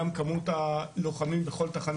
את יכולה להזמין אותנו לסיור?